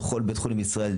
בכל בית חולים בישראל,